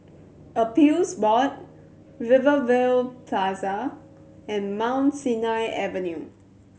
Appeals Board Rivervale Plaza and Mount Sinai Avenue